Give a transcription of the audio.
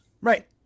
Right